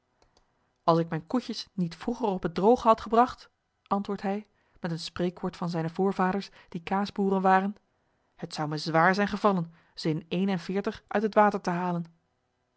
als ik mijne koetjes niet vroeger op het drooge had gebragt antwoordt hij met een spreekwoord van zijne voorvaders die kaasboeren waren het zou me zwaar zijn gevallen ze in een en veertig uit het water te halen